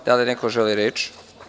Da li neko želi reč?